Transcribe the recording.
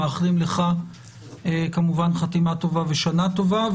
ואנחנו מאחלים לך חתימה טובה ושנה טובה.